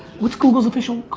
what's google's officlal